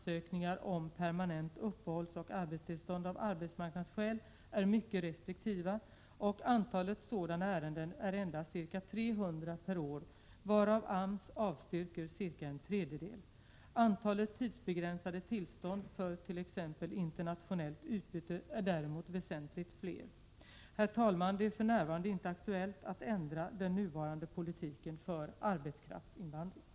1987/88:88 ningar om permanent uppehållsoch arbetstillstånd av arbetsmarknadsskäl 21 mars 1988 är mycket restriktiva, och antalet sådana ärenden är endast ca 300 per år varav AMS avstyrker ca en tredjedel. Antalet tidsbegränsade tillstånd för t.ex. internationellt utbyte är däremot väsentligt fler. Herr talman! Det är för närvarande inte aktuellt att ändra den nuvarande politiken för arbetskraftsinvandringen.